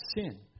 sin